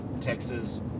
Texas